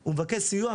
הוא מבקש סיוע,